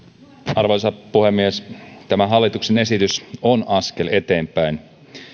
arvoisa puhemies tämä hallituksen esitys on askel eteenpäin